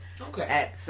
Okay